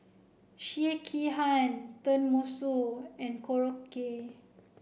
Sekihan Tenmusu and Korokke